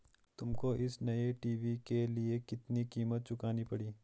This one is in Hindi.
तुमको इस नए टी.वी के लिए कितनी कीमत चुकानी पड़ी?